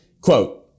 Quote